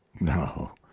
No